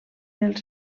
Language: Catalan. els